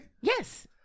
Yes